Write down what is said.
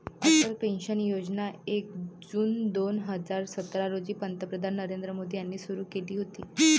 Atal pension Yojana एक June दोन हजार सतरा रोजी पंतप्रधान नरेंद्र मोदी यांनी सुरू केली होती